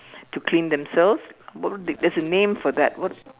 to clean themselves what do they there's a name for that what's